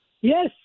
Yes